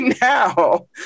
now